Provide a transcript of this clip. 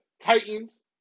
Titans